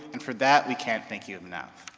and for that, we can't thank you um enough.